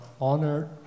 honored